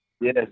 Yes